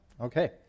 Okay